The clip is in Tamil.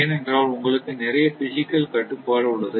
ஏனென்றால் உங்களுக்கு நிறைய பிஸிக்கல் கட்டுப்பாடு உள்ளது